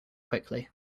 quickly